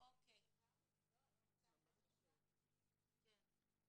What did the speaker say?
אחרי כל הדיון סעיף 7 נשאר אותו דבר?